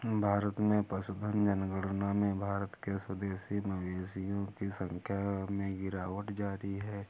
भारत में पशुधन जनगणना में भारत के स्वदेशी मवेशियों की संख्या में गिरावट जारी है